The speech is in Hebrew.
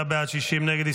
49 בעד, 60 נגד.